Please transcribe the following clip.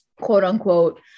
quote-unquote